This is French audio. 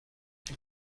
elle